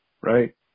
right